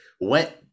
went